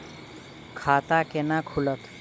खाता केना खुलत?